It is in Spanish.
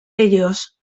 ellos